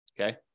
Okay